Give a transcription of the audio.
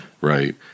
Right